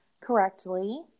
correctly